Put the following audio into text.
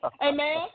Amen